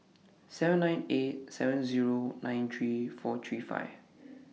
seven nine eight seven Zero nine three four three five